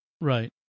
right